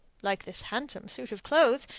like this handsome suit of clothes,